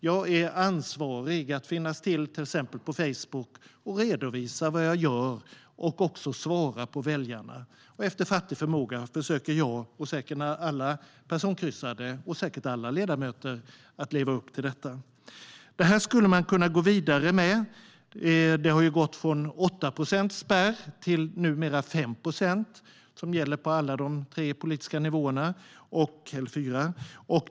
Jag är ansvarig för att finnas till på till exempel Facebook och redovisa vad jag gör och svara på väljarnas frågor. Efter fattig förmåga försöker jag - och säkert alla personkryssade och säkert alla ledamöter - att leva upp till detta. Dessa frågor skulle man kunna gå vidare med. Det har gått från 8-procentsspärr till numera 5-procentsspärr, som gäller på alla de tre eller fyra politiska nivåerna.